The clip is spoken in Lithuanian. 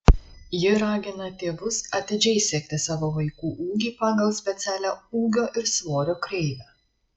ji ragina tėvus atidžiai sekti savo vaikų ūgį pagal specialią ūgio ir svorio kreivę